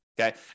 Okay